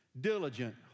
Diligent